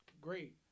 great